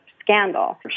Scandal